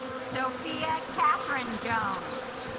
sophia catherine jones